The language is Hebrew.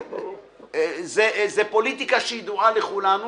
זה פוליטיקה שידועה לכולנו.